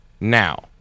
Now